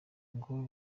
ngo